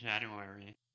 January